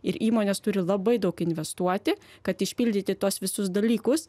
ir įmonės turi labai daug investuoti kad išpildyti tuos visus dalykus